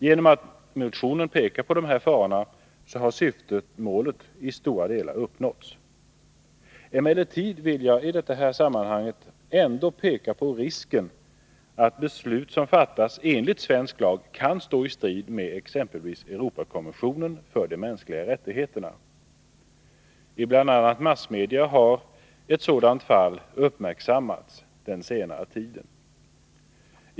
Genom att vi i motionen pekat på dessa faror har vårt syfte i stora delar uppnåtts. Emellertid vill jag i detta sammanhang ändå peka på risken att beslut som fattas enligt svensk lag kan stå i strid med exempelvis Europakonventionen om de mänskliga rättigheterna. I bl.a. massmedia har ett sådant fall uppmärksammats på senare tid.